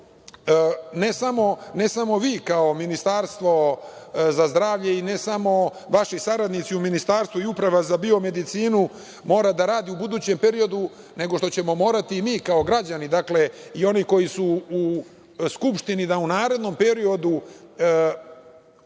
ne samo vi kao Ministarstvo za zdravlje i ne samo vaši saradnici u Ministarstvu i Uprava za biomedicinu mora da radi u budućem periodu, nego što ćemo morati i mi kao građani i oni koji su u Skupštini, jeste da u narednom periodu